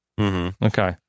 Okay